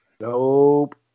Nope